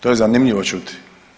To je zanimljivo čuti.